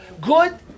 good